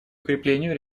укреплению